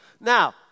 Now